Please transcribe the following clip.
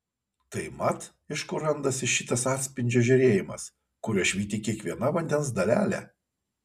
tai mat iš kur randasi šitas atspindžio žėrėjimas kuriuo švyti kiekviena vandens dalelė